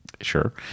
sure